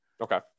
Okay